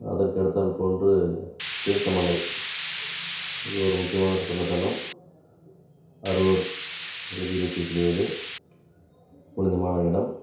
அதற்கடுத்தாற் போன்று தீர்த்தமலை இது ஒரு முக்கியமான சுற்றுலாத்தலம் அரூர் பகுதியில் இருக்கக் கூடியது புனிதமான இடம்